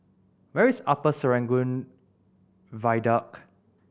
where is Upper Serangoon Viaduct